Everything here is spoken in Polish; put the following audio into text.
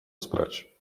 sprać